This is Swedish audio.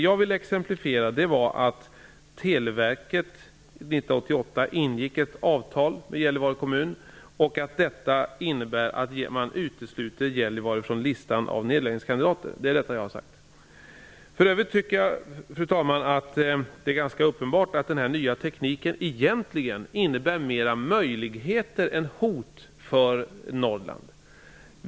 Jag vill exemplifiera detta med att Televerket år Fru talman! Jag tycker att det är ganska uppenbart att den nya tekniken egentligen innebär mer möjligheter än hot för Norrland.